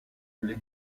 les